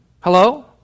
Hello